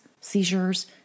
seizures